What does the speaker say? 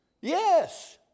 Yes